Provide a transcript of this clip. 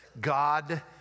God